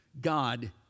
God